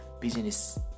business